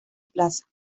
plaza